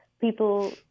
people